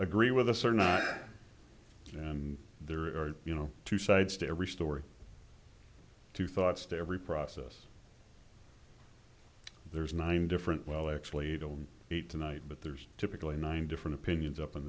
agree with us or not and there are you know two sides to every story two thoughts to every process there's nine different well actually i don't eat tonight but there's typically nine different opinions